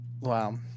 Wow